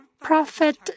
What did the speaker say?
Prophet